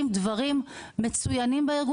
פיתחנו סדנה להכנה מנטלית לסוהרות,